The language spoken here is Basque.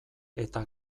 eta